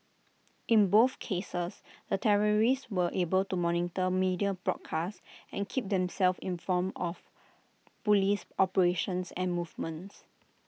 in both cases the terrorists were able to monitor media broadcasts and keep themselves informed of Police operations and movements